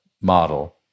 model